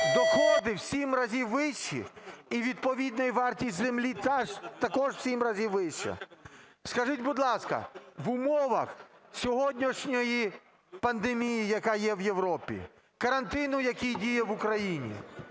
доходи в 7 разів вищі, і відповідно і вартість землі також в 7 разів вища. Скажіть, будь ласка, в умовах сьогоднішньої пандемії, яка є в Європі, карантину, який діє в Україні.